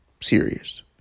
serious